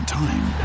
time